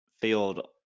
field